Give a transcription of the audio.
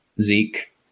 Zeke